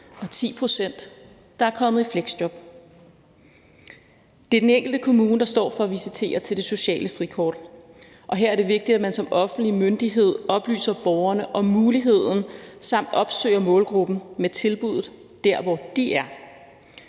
og 10 pct., der er kommet i fleksjob. Det er den enkelte kommune, der står for at visitere til det sociale frikort, og her er det vigtigt, at man som offentlig myndighed oplyser borgerne om muligheden og opsøger målgruppen med tilbuddet dér, hvor de er.